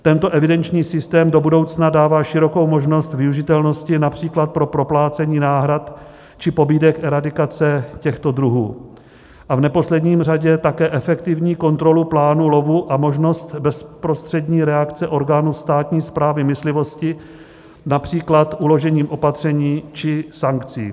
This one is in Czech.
Tento evidenční systém do budoucna dává širokou možnost využitelnosti například pro proplácení náhrad či pobídek eradikace těchto druhů a v neposlední řadě také efektivní kontrolu plánu lovu a možnost bezprostřední reakce orgánu státní správy myslivosti, například uložením opatření či sankcí.